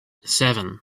seven